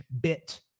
bit